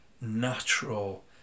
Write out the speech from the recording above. natural